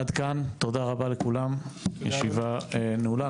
עד כאן, תודה רבה לכולם, הישיבה נעולה.